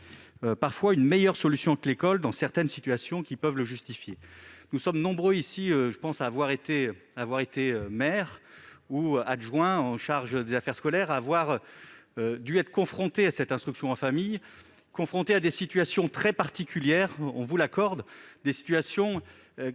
parfois même une meilleure solution que l'école dans certaines situations qui peuvent la justifier. Nous sommes nombreux ici à être ou à avoir été maires ou adjoints en charge des affaires scolaires, et à avoir été confrontés à cette instruction en famille, à des situations très particulières- on vous l'accorde -que